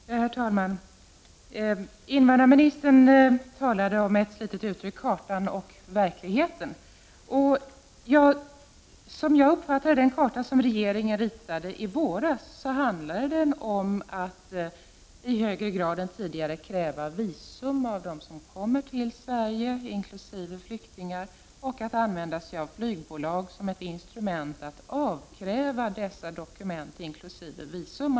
Herr talman! Invandrarministern använde uttrycket kartan och verkligheten. Som jag uppfattade det handlade den karta som regeringen ritade i våras om att i högre grad än tidigare kräva visum av dem som kommer till Sverige, inkl. flyktingar, och att använda sig av flygbolag som instrument att avkräva dessa dokument, inkl. visum.